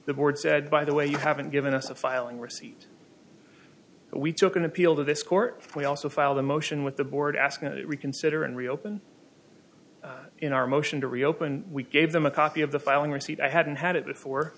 the board said by the way you haven't given us a filing receipt we took an appeal to this court we also filed a motion with the board asking you to reconsider and reopen in our motion to reopen we gave them a copy of the filing receipt i hadn't had it before